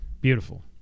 beautiful